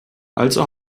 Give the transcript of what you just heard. also